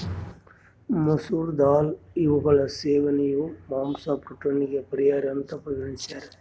ಮಸೂರ ದಾಲ್ ಇವುಗಳ ಸೇವನೆಯು ಮಾಂಸ ಪ್ರೋಟೀನಿಗೆ ಪರ್ಯಾಯ ಅಂತ ಪರಿಗಣಿಸ್ಯಾರ